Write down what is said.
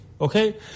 Okay